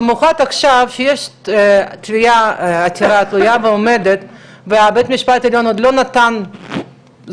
במיוחד עכשיו כשיש עתירה תלויה ועומדת ובית המשפט העליון עוד לא נתן צו,